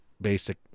basic